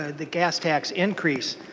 ah the gas tax increase.